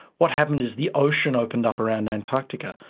what happened is the ocean opened up around antarctica.